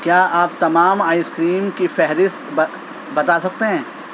کیا آپ تمام آئس کریم کی فہرست بتا سکتے ہیں